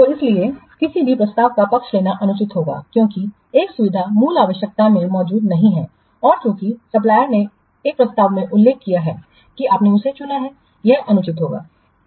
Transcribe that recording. तो इसीलिए किसी प्रस्ताव का पक्ष लेना अनुचित होगा क्योंकि एक सुविधा मूल आवश्यकता में मौजूद नहीं है और चूंकि सप्लायर्सने एक प्रस्ताव में उल्लेख किया है कि आपने उसे चुना है यह अनुचित होगा